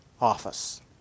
office